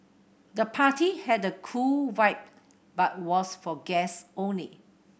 the party had a cool vibe but was for guest only